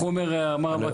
איך אמר וקנין,